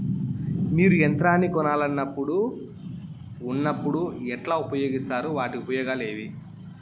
మీరు యంత్రాన్ని కొనాలన్నప్పుడు ఉన్నప్పుడు ఎట్లా ఉపయోగిస్తారు వాటి ఉపయోగాలు ఏవి?